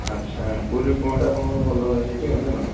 ଆଚ୍ଛା ପୁରି ଉପମାଟା ଆପଣଙ୍କର ଭଲ ହୁଏ ସେଇଠି ଆଉ ନା କ'ଣ